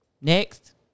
Next